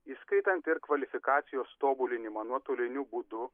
įskaitant ir kvalifikacijos tobulinimą nuotoliniu būdu